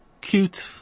cute